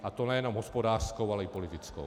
A to nejenom hospodářskou, ale i politickou.